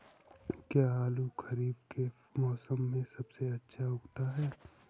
क्या आलू खरीफ के मौसम में सबसे अच्छा उगता है?